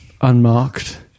unmarked